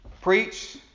preach